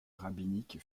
rabbinique